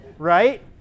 Right